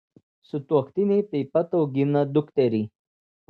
sutuoktiniai taip pat augina dukterį